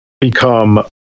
become